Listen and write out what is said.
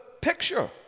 picture